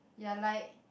ya like